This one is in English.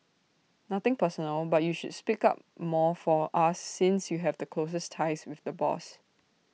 nothing personal but you should speak up more for us since you have the closest ties with the boss